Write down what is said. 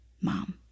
mom